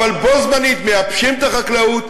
אבל בו-בזמן מייבשים את החקלאות,